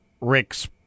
rick's